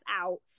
out